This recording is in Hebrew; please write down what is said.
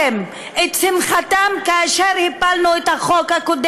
של חבר הכנסת משה גפני,